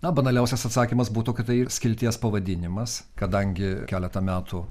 na banaliausias atsakymas būtų kad tai skilties pavadinimas kadangi keletą metų